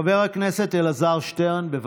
חבר הכנסת אלעזר שטרן, בבקשה.